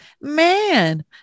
man